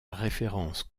référence